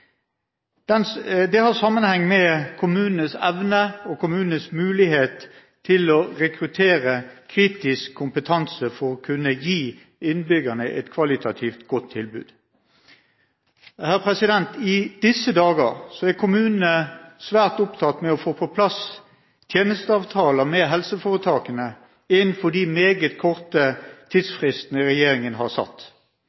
Det har sammenheng med kommunenes evne og mulighet til å rekruttere kritisk kompetanse for å kunne gi innbyggerne et kvalitativt godt tilbud. I disse dager er kommunene svært opptatt med å få på plass tjenesteavtaler med helseforetakene innenfor de meget korte